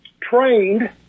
trained